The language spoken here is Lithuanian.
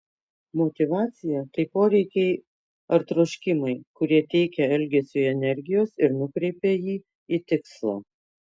motyvacija tai poreikiai ar troškimai kurie teikia elgesiui energijos ir nukreipia jį į tikslą